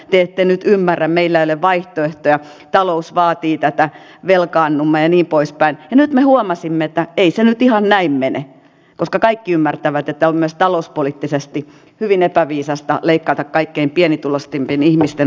etten ymmärrä meillä ole vaihtoehtoja talous vaatii tätä velkaannummeeni poispäin nyt me huomasimme että ei se nyt ihan näin mene koska kaikki ymmärtävät että myös talouspoliittisesti hyvin epäviisasta leikata kaikkein pienituloistenkin ihmisten